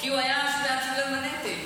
כי הוא היה בעד שוויון בנטל.